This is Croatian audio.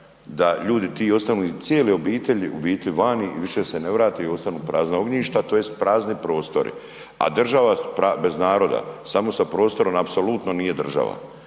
da ljudi ti ostanu i cijele obitelji u biti vani i više se ne vrate i ostanu prazna ognjišta tj. prazni prostori. A država bez naroda samo sa prostorom apsolutno nije država.